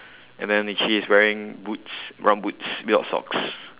and then she's wearing boots brown boots without socks